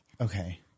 okay